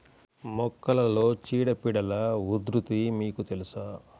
మొక్కలలో చీడపీడల ఉధృతి మీకు తెలుసా?